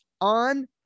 on